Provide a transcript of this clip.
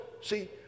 see